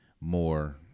more –